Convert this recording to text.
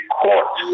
court